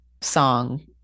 song